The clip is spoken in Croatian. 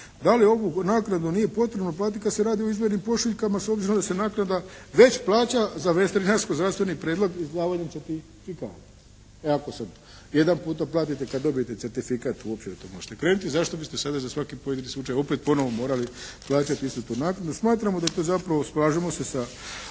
da li ovu naknadu nije potrebno platiti kada se radi o izdvojenim pošiljkama s obzirom da se naknada već plaća za veterinarski zdravstveni pregled izdavanjem certifikata. Jer ovako sada jedan puta platite kada dobijete certifikat uopće da u to možete krenuti, zašto biste sada za svaki pojedini slučaj opet ponovo morali plaćati istu tu naknadu. Smatramo da je to zapravo, slažemo se sa